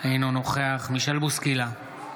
אינו נוכח מישל בוסקילה,